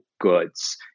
goods